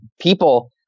people